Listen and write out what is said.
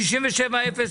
הצבעה אושר.